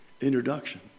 introduction